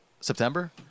September